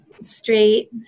straight